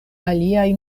aliaj